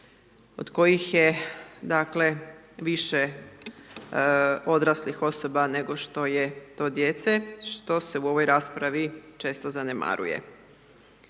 od kojih je, dakle, više odraslih osoba, nego što je to djece, što se u ovoj raspravi često zanemaruje.